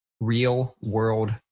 real-world